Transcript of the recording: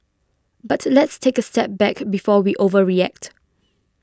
but let's take a step back before we overreact